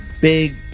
big